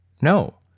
no